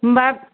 होनबा